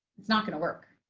not going to work.